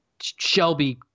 Shelby